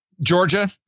Georgia